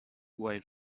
while